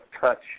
touch